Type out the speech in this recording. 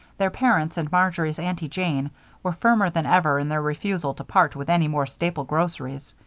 their parents and marjory's aunty jane were firmer than ever in their refusal to part with any more staple groceries.